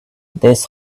this